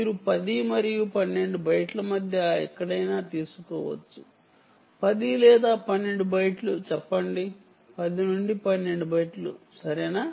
మీరు 10 మరియు 12 బైట్ల మధ్య ఎక్కడైనా తీసుకోవచ్చు 10 లేదా 12 బైట్లు చెప్పండి 10 నుండి 12 బైట్లు సరేనా